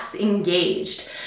engaged